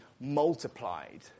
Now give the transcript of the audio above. multiplied